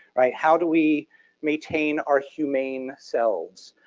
right? how do we maintain our humane selves?